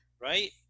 right